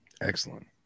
Excellent